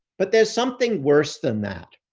but there's something worse than that.